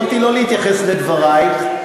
יכולתי לא להתייחס לדברייך,